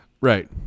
Right